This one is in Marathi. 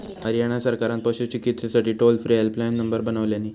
हरयाणा सरकारान पशू चिकित्सेसाठी टोल फ्री हेल्पलाईन नंबर बनवल्यानी